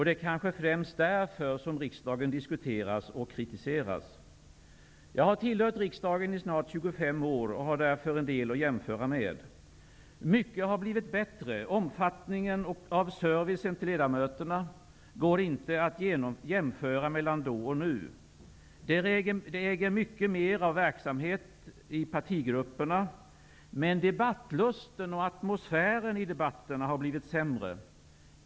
Det är kanske främst därför som riksdagen diskuteras och kritiseras. Jag har tillhört riksdagen i snart 25 år och har därför en del att jämföra med. Mycket har blivit bättre. Omfattningen av servicen till ledamöterna går inte alls att jämföra mellan då och nu. Det äger rum mycket mer av verksamhet i partigrupperna nu. Men debattlusten och debattatmosfären har blivit sämre.